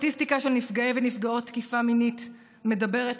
הסטטיסטיקה של נפגעי ונפגעות תקיפה מינית מדברת